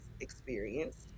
experienced